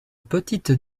petites